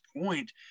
point